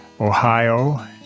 Ohio